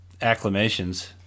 acclamations